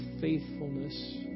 faithfulness